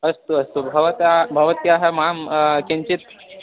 अस्तु अस्तु भवता भवत्याः मां किञ्चित्